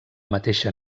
mateixa